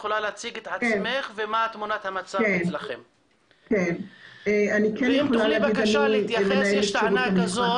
תציגי את עצמך, ואם תוכלי להתייחס יש טענה כזו